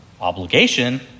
Obligation